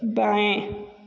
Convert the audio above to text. बाएं